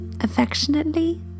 Affectionately